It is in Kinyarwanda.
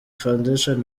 foundation